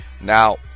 Now